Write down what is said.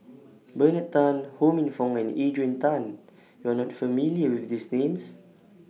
Bernard Tan Ho Minfong and Adrian Tan YOU Are not familiar with These Names